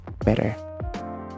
better